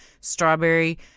strawberry